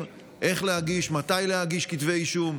של איך להגיש ומתי להגיש כתבי אישום,